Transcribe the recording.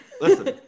Listen